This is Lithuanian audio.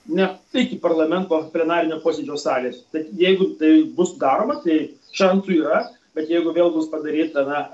na iki parlamento plenarinių posėdžių salės jeigu tai bus daroma tai šansų yra bet jeigu vėl bus padaryta na